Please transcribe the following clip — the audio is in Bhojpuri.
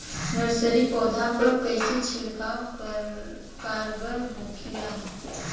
नर्सरी पौधा पर कइसन छिड़काव कारगर होखेला?